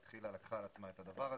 התחילה ולקחה על עצמה את הדבר הזה.